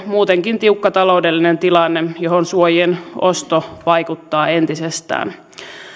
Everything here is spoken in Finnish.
muutenkin tiukka taloudellinen tilanne johon suojien osto vaikuttaa entisestään